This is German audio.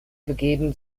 begeben